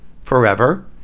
Forever